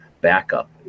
backup